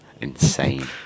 insane